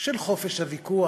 חופש הוויכוח,